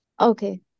Okay